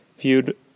viewed